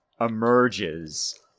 emerges